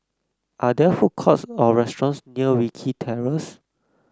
are there food courts or restaurants near Wilkie Terrace